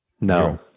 No